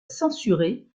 censurée